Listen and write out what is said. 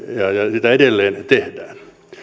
sitä edelleen tehdään